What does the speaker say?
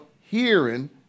Hearing